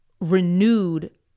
renewed